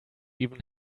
even